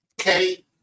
okay